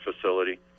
facility